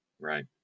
right